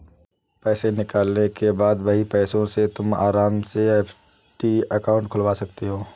पैसे निकालने के बाद वही पैसों से तुम आराम से एफ.डी अकाउंट खुलवा सकते हो